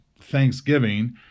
Thanksgiving